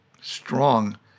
strong